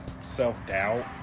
Self-doubt